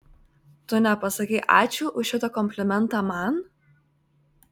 tu nepasakei ačiū už šitą komplimentą man